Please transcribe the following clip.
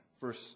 verse